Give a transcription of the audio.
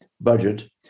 budget